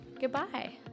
goodbye